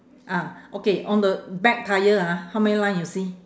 ah okay on the back tyre ah how many line you see